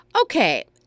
Okay